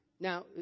Now